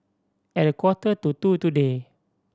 at a quarter to two today